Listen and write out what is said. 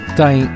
tem